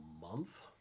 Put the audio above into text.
month